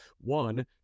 one